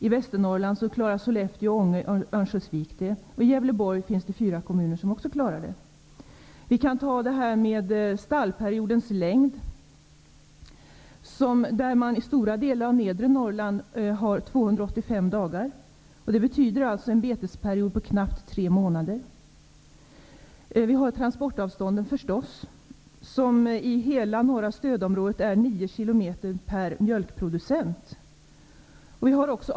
I Västernorrland klaras det av Sollefteå, Ånge och Örnsköldsvik, och detsamma gäller fyra kommuner i Gävleborgs län. Stallperiodens längd är i stora delar av nedre Norrland 285 dagar. Det betyder en betesperiod om knappt tre månader. Vi har förstås också att ta hänsyn till transportavstånden, som i hela norra stödområdet är 9 kilometer per mjölkproducent.